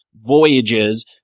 voyages